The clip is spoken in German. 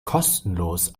kostenlos